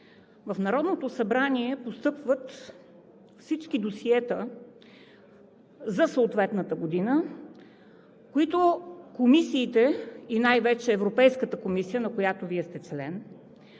в Народното събрание постъпват всички досиета за съответната година, които комисиите и най-вече Европейската комисия, на която Вие сте член,